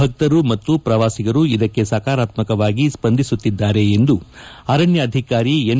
ಭಕ್ತರು ಮತ್ತು ಪ್ರವಾಸಿಗರು ಇದಕ್ಕೆ ಸಕಾರಾತ್ಮಕವಾಗಿ ಸ್ವಂದಿಸುತ್ತಿದ್ದಾರೆ ಎಂದು ಅರಣ್ಯಾಧಿಕಾರಿ ಎನ್